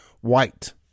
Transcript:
White